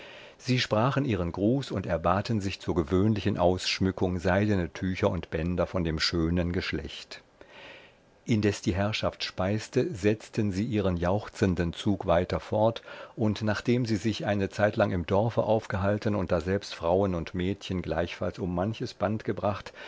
sie sprachen ihren gruß und erbaten sich zur gewöhnlichen ausschmückung seidene tücher und bänder von dem schönen geschlecht indes die herrschaft speiste setzten sie ihren jauchzenden zug weiter fort und nachdem sie sich eine zeitlang im dorfe aufgehalten und daselbst frauen und mädchen gleichfalls um manches band gebracht